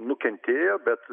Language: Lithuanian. nukentėjo bet